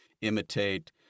imitate